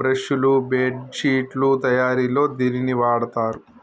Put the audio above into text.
brush లు, బెడ్శిట్లు తయారిలో దీనిని వాడతారు